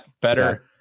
Better